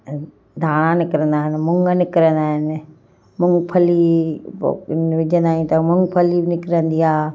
धाणा निकिरंदा आहिनि मुङ निकिरंदा आहिनि मूंगफली पोइ विझंदा आहियूं त मूंगफली निकिरंदी आहे